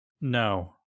No